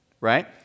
right